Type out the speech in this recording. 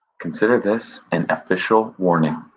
consider this an official warning.